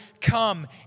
come